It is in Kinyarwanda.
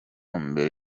mbere